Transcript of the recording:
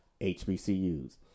HBCUs